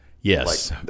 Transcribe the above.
Yes